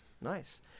Nice